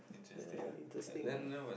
very interesting ah